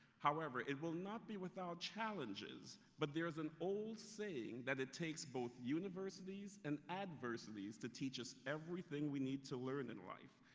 it will not be without challenges, but there is an old saying that it takes both universities and adversities to teach us everything we need to learn in life.